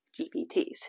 GPTs